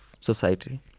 society